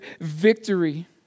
victory